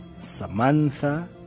Samantha